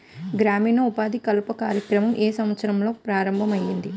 గ్రామీణ ఉపాధి కల్పన కార్యక్రమం ఏ సంవత్సరంలో ప్రారంభం ఐయ్యింది?